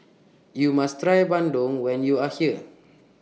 YOU must Try Bandung when YOU Are here